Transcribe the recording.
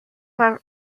par